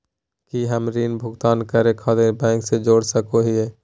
की हम ऋण भुगतान करे खातिर बैंक से जोड़ सको हियै?